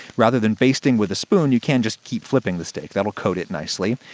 rather than basting with a spoon, you can just keep flipping the steak, that'll coat it nicely.